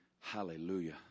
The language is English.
Hallelujah